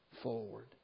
forward